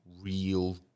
real